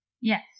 Yes